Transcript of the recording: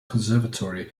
conservatoire